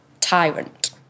tyrant